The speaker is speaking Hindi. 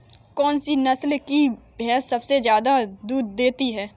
कौन सी नस्ल की भैंस सबसे ज्यादा दूध देती है?